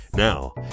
Now